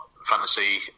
fantasy